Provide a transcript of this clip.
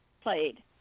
played